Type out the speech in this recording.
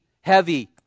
heavy